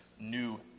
new